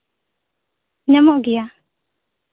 ᱧᱟᱢᱚᱜ ᱜᱮᱭᱟ